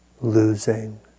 losing